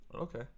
okay